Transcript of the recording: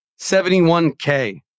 71K